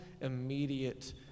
immediate